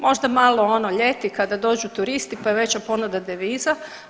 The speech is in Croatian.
Možda malo ono ljeti kada dođu turisti, pa je veća ponuda deviza.